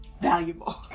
valuable